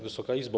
Wysoka Izbo!